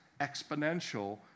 exponential